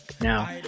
Now